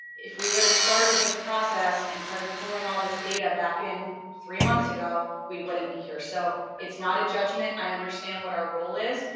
if we would've started this process, and started pulling all this data back in three months ago, we wouldn't be here, so it's not a judgment, i understand what our role is,